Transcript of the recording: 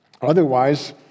Otherwise